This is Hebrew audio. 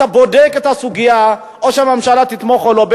שאתה בודק את הסוגיה ושהממשלה תתמוך או לא.